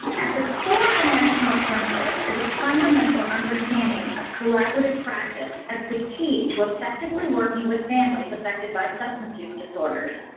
at the core of the national center is a fundamental understanding of collaborative practice as the key to effectively working with families affected by substance use disorders.